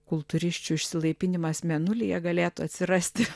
kultūrisčių išsilaipinimas mėnulyje galėtų atsirasti